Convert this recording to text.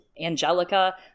Angelica